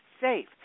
safe